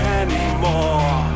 anymore